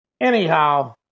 anyhow